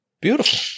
Beautiful